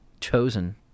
chosen